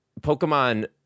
Pokemon